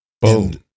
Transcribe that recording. boom